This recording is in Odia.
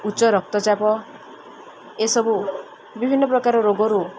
ଉଚ୍ଚ ରକ୍ତଚାପ ଏସବୁ ବିଭିନ୍ନ ପ୍ରକାର ରୋଗରୁ